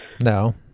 No